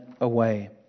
away